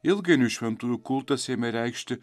ilgainiui šventųjų kultas ėmė reikšti